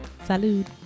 Salud